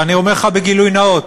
ואני אומר לך בגילוי נאות,